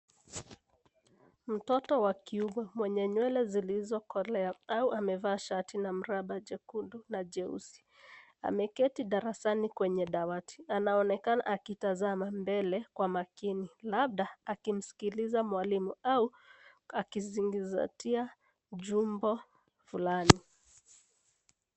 Mtoto wa kiume mwenye nywele zilizo kolea au amevaa shati na mraba jekundu na jeusi. Ameketi darasani kwenye dawati. Anaonekana akitazama mbele kwa makini labda akisikiliza mwalimu au akizingatia jambo fulani.